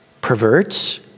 perverts